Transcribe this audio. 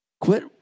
Quit